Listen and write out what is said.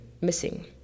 missing